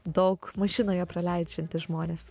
daug mašinoje praleidžiantys žmonės